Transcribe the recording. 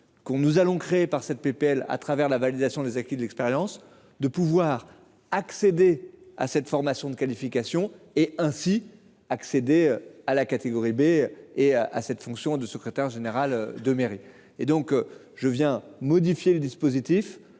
qu'on nous allons créer par cette PPL à travers la validation des acquis de l'expérience de pouvoir accéder à cette formation, de qualification et ainsi accéder à la catégorie B et à cette fonction de secrétaire général de mairie et donc je viens modifier le dispositif